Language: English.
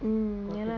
mm ya lah